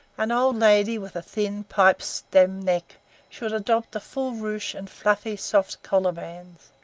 an old lady with a thin, pipe-stem neck should adopt a full ruche and fluffy, soft collar-bands.